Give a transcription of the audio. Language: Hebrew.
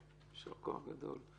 יישר כוח גדול.